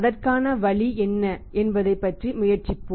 அதற்கான வழி என்ன என்பதை அறிய முயற்சிப்போம்